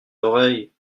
oreilles